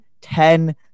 ten